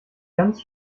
ganz